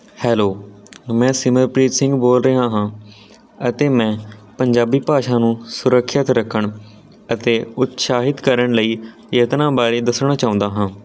hello ਮੈਂ ਸਿਮਰਪ੍ਰੀਤ ਸਿੰਘ ਬੋਲ ਰਿਹਾ ਹਾਂ ਅਤੇ ਮੈਂ ਪੰਜਾਬੀ ਭਾਸ਼ਾ ਨੂੰ ਸੁਰੱਖਿਅਤ ਰੱਖਣ ਅਤੇ ਉਤਸ਼ਾਹਿਤ ਕਰਨ ਲਈ ਯਤਨਾਂ ਬਾਰੇ ਦੱਸਣਾ ਚਾਹੁੰਦਾ ਹਾਂ